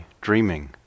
dreaming